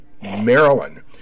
Maryland